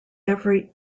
every